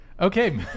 Okay